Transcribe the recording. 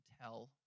tell